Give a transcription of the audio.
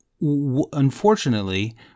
unfortunately